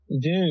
dude